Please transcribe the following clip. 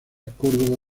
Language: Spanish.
córdoba